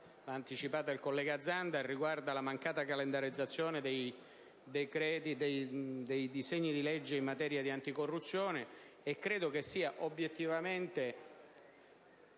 prima, anticipata dal collega Zanda, riguarda la mancata calendarizzazione dei disegni di legge in materia di anticorruzione. Credo sia obiettivamente